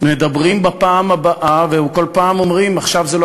מדברים בפעם הבאה וכל פעם אומרים: עכשיו זה לא